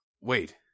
Wait